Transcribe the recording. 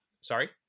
sorry